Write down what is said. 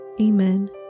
Amen